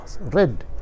Red